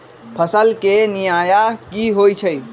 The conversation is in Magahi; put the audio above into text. फसल के निराया की होइ छई?